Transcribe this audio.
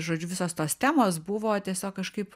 žodžiu visos tos temos buvo tiesiog kažkaip